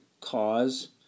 cause